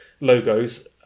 logos